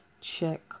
check